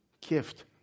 gift